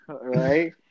Right